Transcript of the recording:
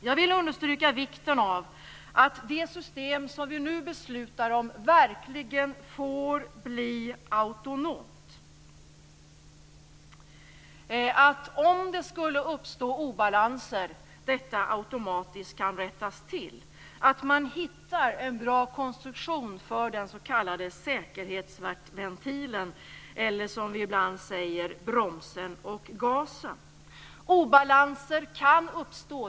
Jag vill understryka vikten av att det system som vi nu beslutar om verkligen får bli autonomt, så att obalanser som eventuellt uppstår automatiskt kan rättas till. Man bör hitta en bra konstruktion för den s.k. säkerhetsventilen, eller, som vi ibland säger, bromsen och gasen. Obalanser kan uppstå.